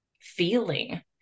feeling